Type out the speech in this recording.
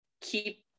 keep